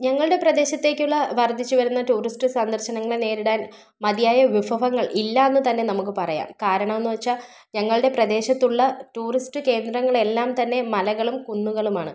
ഞങ്ങളുടെ പ്രദേശത്തേക്കുള്ള വർദ്ധിച്ചു വരുന്ന ടൂറിസ്റ്റ് സന്ദർശനങ്ങളെ നേരിടാൻ മതിയായ വിഭവങ്ങൾ ഇല്ലയെന്ന് തന്നെ നമുക്ക് പറയാം കാരണമെന്ന് വെച്ചാൽ ഞങ്ങളുടെ പ്രദേശത്തുള്ള ടൂറിസ്റ്റ് കേന്ദ്രങ്ങൾ എല്ലാം തന്നെ മലകളും കുന്നുകളുമാണ്